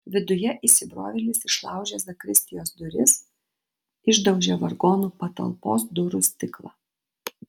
viduje įsibrovėlis išlaužė zakristijos duris išdaužė vargonų patalpos durų stiklą